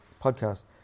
podcast